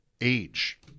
age